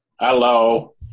hello